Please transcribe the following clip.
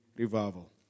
Revival